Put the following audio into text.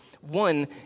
one